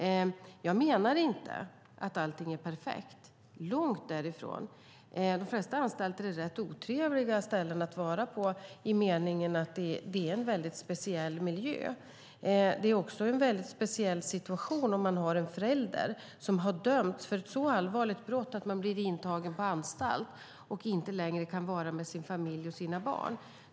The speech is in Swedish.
Jag menar inte att allt är perfekt, långt därifrån. De flesta anstalter är rätt otrevliga ställen att vara på i meningen att det är en mycket speciell miljö. Det är också en mycket speciell situation att ha en förälder som har dömts för ett sådant allvarligt brott att denne blir intagen på anstalt och inte längre kan vara med sin familj och sina barn.